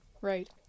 Right